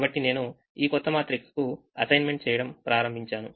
కాబట్టి నేనుఈ కొత్త మాత్రికకు అసైన్మెంట్ చేయడం ప్రారంభించాను